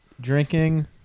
drinking